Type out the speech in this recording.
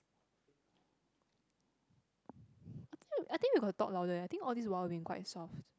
I think I think we got to talk louder eh I think all this while we've been quite soft